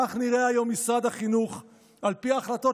כך נראה היום משרד החינוך על פי ההחלטות